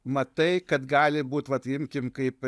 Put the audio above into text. matai kad gali būt vat imkim kaip